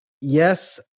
yes